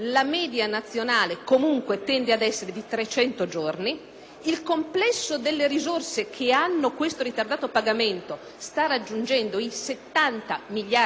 Il complesso delle risorse che hanno questo ritardato pagamento sta raggiungendo i 70 miliardi euro. Resta evidente a tutti noi, signor Presidente,